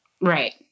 Right